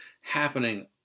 happening